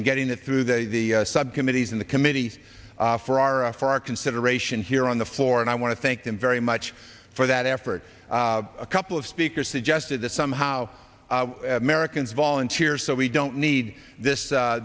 and getting it through the subcommittees in the committee for our for our consideration here on the floor and i want to thank them very much for that effort a couple of speakers suggested that somehow americans volunteer so we don't need this